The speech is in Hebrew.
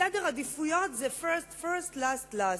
סדר עדיפויות זה first first last last.